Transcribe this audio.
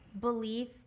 belief